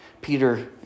Peter